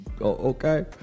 okay